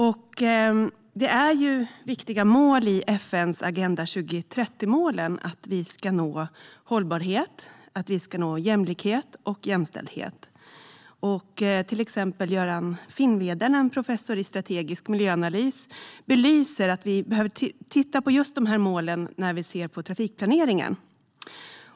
FN:s Agenda 2030 innehåller viktiga mål: Vi ska nå hållbarhet, jämlikhet och jämställdhet. Till exempel Göran Finnveden, professor i strategisk miljöanalys, belyser att vi behöver titta på just dessa mål när vi ser på trafikplaneringen.